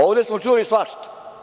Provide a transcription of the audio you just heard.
Ovde smo čuli svašta.